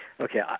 Okay